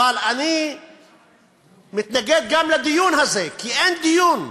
אבל אני מתנגד גם לדיון הזה כי אין דיון.